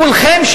כולכם,